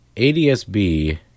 ADS-B